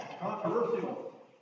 controversial